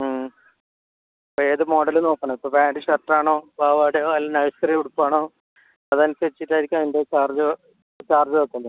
ഉം അപ്പം ഏത് മോഡൽ നോക്കണം ഇപ്പം പാൻറ് ഷർട്ട് ആണോ പാവാടയോ അല്ലെ നഴ്സറി ഉടുപ്പാണോ അതനുസരിച്ചിട്ടായിരിക്കും അതിൻ്റെ ചാർജ് ചാർജ് വയ്ക്കണ്ടിയെ